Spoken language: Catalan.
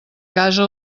casa